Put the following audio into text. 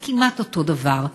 זה כמעט אותו דבר.